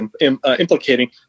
implicating